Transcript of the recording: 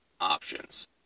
options